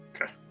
Okay